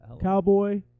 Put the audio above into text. Cowboy